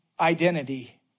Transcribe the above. identity